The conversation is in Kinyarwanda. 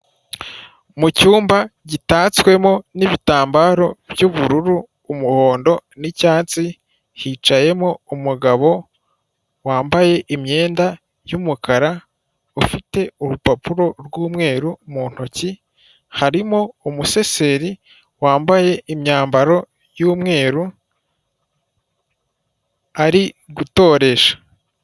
Mu cyumba gitatswemo n'ibitambaro by'ubururu, umuhondo n'icyatsi, hicayemo umugabo wambaye imyenda y'umukara, ufite urupapuro rw'umweru mu ntoki, harimo umuseseri, wambaye imyambaro y'umweru, ari gutoresha.